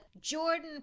Jordan